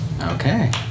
Okay